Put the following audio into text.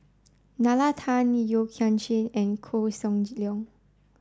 Nalla Tan Yeo Kian Chye and Koh Seng Leong